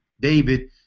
David